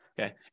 okay